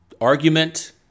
argument